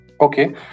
okay